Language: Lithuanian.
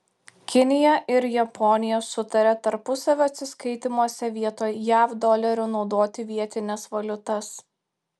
kinija ir japonija sutarė tarpusavio atsiskaitymuose vietoj jav dolerio naudoti vietines valiutas